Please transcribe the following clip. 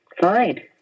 fine